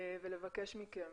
ולבקש מכם